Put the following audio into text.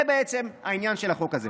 זה בעצם העניין של החוק הזה.